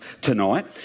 tonight